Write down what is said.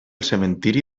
cementiri